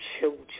children